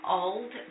old